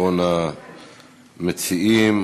אחרון המציעים,